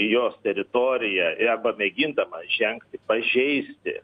į jos teritoriją arba mėgindamas žengti pažeisti